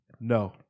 No